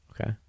Okay